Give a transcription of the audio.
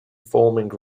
forming